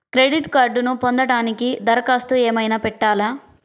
Credit కార్డ్ను పొందటానికి దరఖాస్తు ఏమయినా పెట్టాలా?